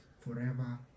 forever